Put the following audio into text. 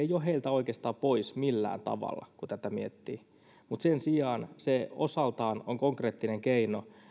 oikeastaan pois millään tavalla kun tätä miettii mutta sen sijaan se osaltaan on konkreettinen keino